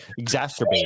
exacerbate